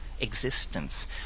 existence